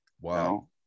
Wow